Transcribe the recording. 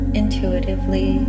intuitively